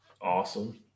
Awesome